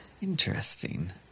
Interesting